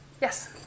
Yes